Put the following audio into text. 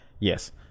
yes